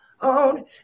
on